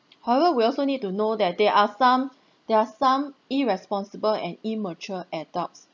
however we also need to know that there are some there are some irresponsible and immature adults